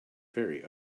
very